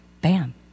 bam